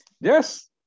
yes